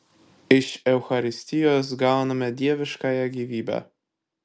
iš eucharistijos gauname dieviškąją gyvybę